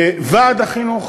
לוועד החינוך,